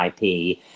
IP